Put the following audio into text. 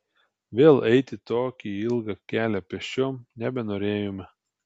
vėl eiti tokį ilgą kelią pėsčiom nebenorėjome